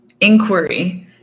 inquiry